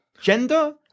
gender